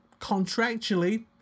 contractually